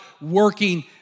working